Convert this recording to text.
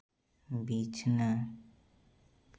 ᱵᱤᱪᱷᱱᱟᱹ